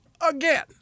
again